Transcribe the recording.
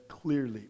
clearly